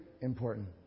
important